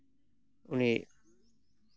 ᱩᱱᱤ